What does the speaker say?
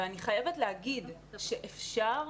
אני חייבת להגיד שאני